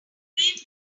fix